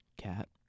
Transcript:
Cat